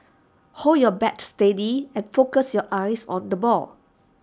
hold your bat steady and focus your eyes on the ball